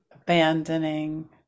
abandoning